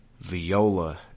Viola